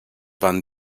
van